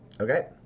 Okay